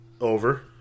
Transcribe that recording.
Over